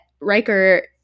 Riker